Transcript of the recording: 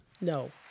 No